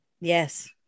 Yes